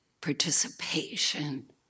Participation